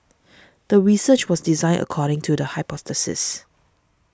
the research was designed according to the hypothesis